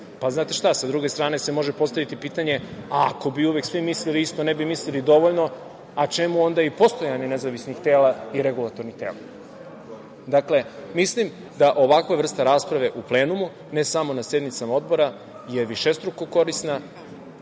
pa znate šta, sa druge strane se može postaviti pitanje – ako bi uvek svi mislili isto, ne bi mislili dovoljno, a čemu onda i postojanje nezavisnih i regulatornih tela.?Mislim da ovakva vrsta rasprave u plenumu, ne samo na sednicama odbora je višestruko korisna